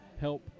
help